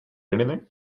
anything